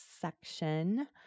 section